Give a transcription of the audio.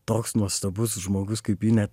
toks nuostabus žmogus kaip ji net